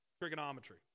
trigonometry